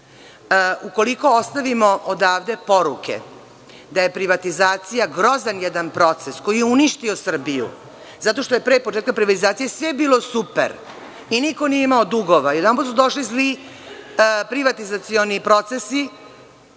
uspeha. Ukoliko ostavimo odavde poruke da je privatizacija jedan grozan proces koji je uništio Srbiju, zato što je pre početka privatizacije sve bilo super i niko nije imao dugova, odjedanput su došli zli privatizacioni procesi,